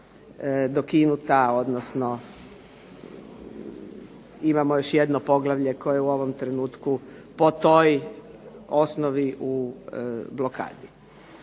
ukinuta odnosno imamo još jedno poglavlje koje je u ovom trenutku po toj osnovi u blokadi.